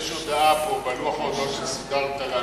יש הודעה פה, בלוח ההודעות שסידרת לנו,